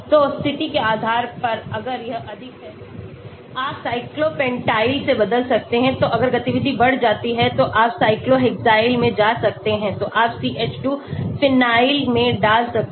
तो स्थिति के आधार पर अगर यह अधिक है तो आप iso propyl के बजाय क्या करते हैं आप साइक्लो पेंटाइल से बदल सकते हैं तो अगर गतिविधि बढ़ जाती है तो आप साइक्लो हेक्साइल में जा सकते हैं तो आप CH2 फिनाइल में डाल सकते हैं